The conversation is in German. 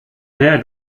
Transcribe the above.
her